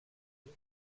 nom